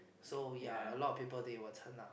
so ya a lot of people they will turn up